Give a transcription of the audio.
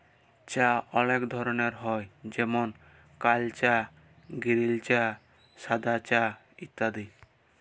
চাঁ অলেক ধরলের হ্যয় যেমল কাল চাঁ গিরিল চাঁ সাদা চাঁ ইত্যাদি